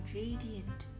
radiant